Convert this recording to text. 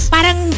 Parang